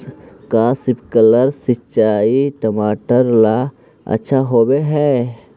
का स्प्रिंकलर सिंचाई टमाटर ला अच्छा होव हई?